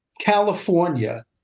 California